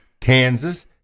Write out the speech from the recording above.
Kansas